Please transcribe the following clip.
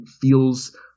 feels